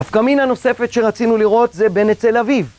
נפקא מינה נוספת שרצינו לראות זה בן אצל אביו.